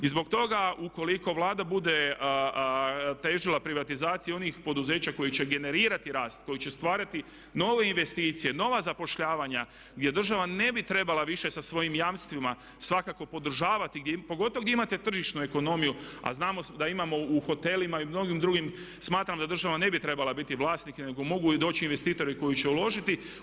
I zbog toga ukoliko Vlada bude težila privatizaciji onih poduzeća koji će generirati rast, koji će stvarati nove investicije, nova zapošljavanja gdje država ne bi trebala više sa svojim jamstvima svakako podržavati pogotovo gdje imate tržišnu ekonomiju a znamo da imamo u hotelima i mnogim drugim, smatram da država ne bi trebala biti vlasnik, nego mogu doći investitori koji će uložiti.